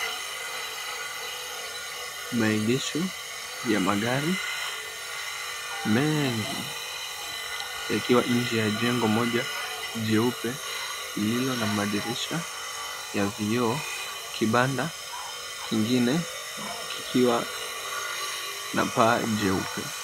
Maegesho ya magari mengi ikiwa nje ya jengo moja jeupe lililo na madirisha ya vioo. Kibanda kingine kikiwa na paa jeupe.